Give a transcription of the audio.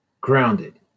grounded